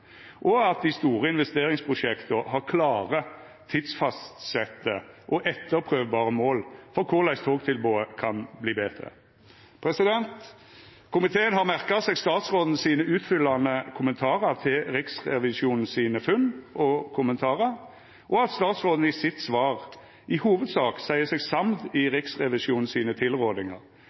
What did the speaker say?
og at dei store investeringsprosjekta har klare, tidsfastsette og etterprøvbare mål på korleis togtilbodet kan verta betre. Komiteen har merka seg statsrådens utfyllande kommentarar til Riksrevisjonens funn og kommentarar, at statsråden i sitt svar i hovudsak seier seg samd i Riksrevisjonens tilrådingar,